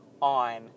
on